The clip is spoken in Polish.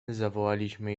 zawołaliśmy